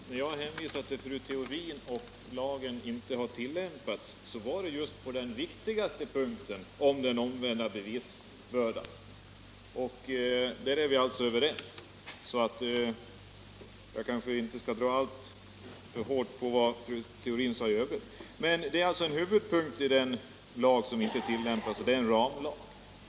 Herr talman! Jag skall fatta mig mycket kort. När jag hänvisade till fru Theorins anförande och till att lagen inte har tillämpats, så avsåg jag just den viktigaste punkten, nämligen den omvända bevisbördan. Därom är vi alltså överens. Jag kanske därför inte skall ta alltför hårt på vad fru Theorin sade i övrigt. Den omvända bevisbördan är alltså en huvudpunkt i den lag som inte tillämpas, och det är en ramlag.